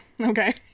Okay